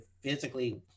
physically